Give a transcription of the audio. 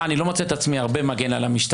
אני לא מוצא את עצמי הרבה מגן על המשטרה,